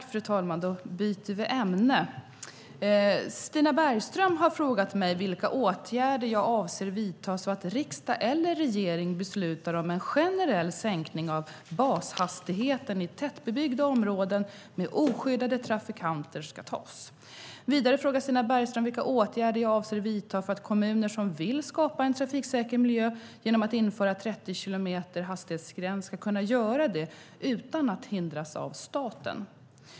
Fru talman! Stina Bergström har frågat mig vilka åtgärder jag avser att vidta så att riksdag eller regering beslutar om en generell sänkning av bashastigheten i tätbebyggda områden med oskyddade trafikanter. Vidare frågar Stina Bergström vilka åtgärder jag avser att vidta för att kommuner som vill skapa en trafiksäker miljö genom att införa en hastighetsgräns på 30 kilometer i timmen ska kunna göra det utan att hindras av staten.